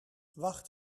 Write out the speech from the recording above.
wacht